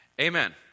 Amen